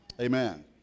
Amen